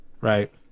right